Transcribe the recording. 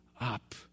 up